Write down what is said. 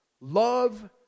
love